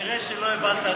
כנראה לא הבנת.